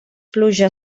pluja